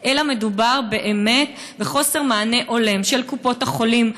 אלא מדובר באמת בחוסר מענה הולם של קופות-החולים,